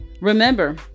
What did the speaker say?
Remember